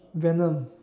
venom